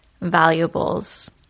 valuables